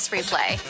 Replay